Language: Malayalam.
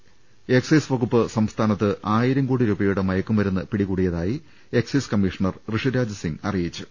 കഴിഞ്ഞ രണ്ടു വർഷങ്ങളിൽ എക്സൈസ് വകുപ്പ് സംസ്ഥാ നത്ത് ആയിരം കോടി രൂപയുടെ മയക്കുമരുന്ന് പിടികൂടിയതായി എക്സൈസ് കമ്മീഷണർ ഋഷിരാജ് സിംഗ് അറിയിച്ചു